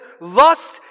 lust